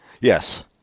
Yes